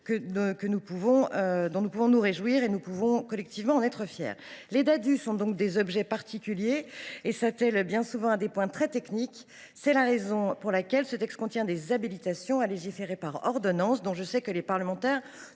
Nous pouvons nous en réjouir et être collectivement fiers de ce bilan. Les Ddadue sont des objets particuliers et s’attellent bien souvent à des points très techniques. C’est la raison pour laquelle ce texte contient des habilitations à légiférer par ordonnance, dont je sais que les parlementaires